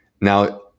Now